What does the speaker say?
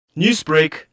Newsbreak